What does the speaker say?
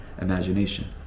Imagination